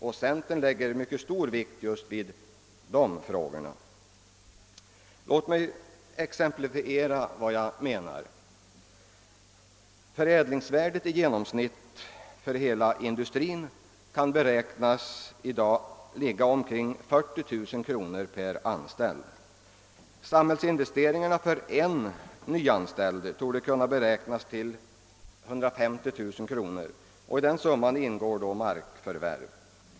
Centern lägger stor vikt just vid de frågorna. Låt mig exemplifiera vad jag menar. Förädlingsvärdet i genomsnitt för hela industrin kan i dag beräknas ligga vid omkring 40 000 kronor per anställd. Samhällsinvesteringarna för en nyanställd torde kunna beräknas till 150 000 kronor — i den summan ingår då markförvärv.